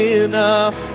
enough